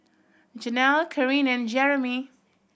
Jenelle Karyn and Jeremey